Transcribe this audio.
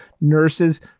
nurses